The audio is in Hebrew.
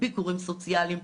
ביקורים סוציאליים,